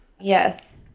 yes